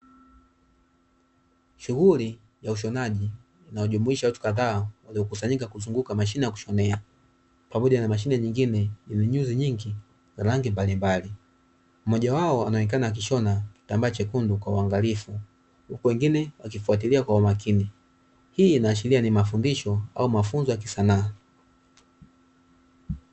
Shughuli ya ushonaji inayojumuisha watu kadhaa waliokusanyika kuzunguka mashine ya kushonea pamoja na mashine nyingine yenye nyuzi nyingi rangi mbalimbali, mmoja wao anaonekana akishona kitambaa chekundu kwa uangalifu huku wengine wakifuatilia kwa umakini, hii inaashiria ni mafundisho au mafunzo ya kisanaa.